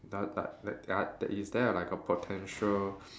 d~ like like uh is there like a potential